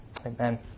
Amen